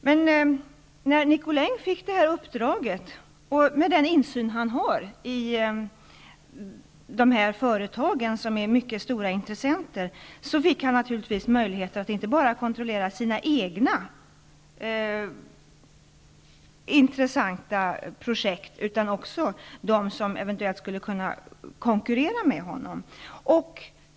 Men när Nicolin fick sitt uppdrag, med den insyn som han har i företag som är mycket stora intressenter, erhöll han naturligtvis möjligheter att inte bara kontrollera sina egna intressanta projekt utan också dem som eventuellt skulle kunna konkurrera med honom.